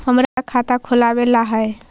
हमरा खाता खोलाबे ला है?